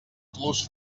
plus